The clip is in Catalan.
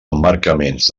emmarcaments